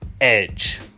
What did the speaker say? Edge